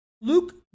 Luke